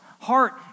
heart